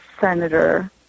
senator